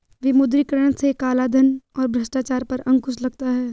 विमुद्रीकरण से कालाधन और भ्रष्टाचार पर अंकुश लगता हैं